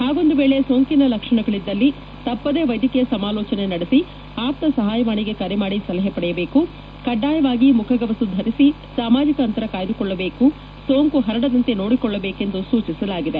ಹಾಗೊಂದು ವೇಳೆ ಸೋಂಕಿನ ಲಕ್ಷಣಗಳಿದ್ದಲ್ಲಿ ತಪ್ಪದೇ ವೈದ್ಯಕೀಯ ಸಮಾಲೋಚನೆ ನಡೆಸಿ ಆಪ್ತ ಸಹಾಯವಾಣಿಗೆ ಕರೆ ಮಾಡಿ ಸಲಹೆ ಪಡೆಯಬೇಕು ಕಡ್ಡಾಯವಾಗಿ ಮುಖಗವಸು ಧರಿಸಿ ಸಾಮಾಜಿಕ ಅಂತರ ಕಾಯ್ದುಕೊಂಡು ಸೋಂಕು ಹರಡದಂತೆ ನೋಡಿಕೊಳ್ಲಬೇಕು ಎಂದು ಸೂಚಿಸಲಾಗಿದೆ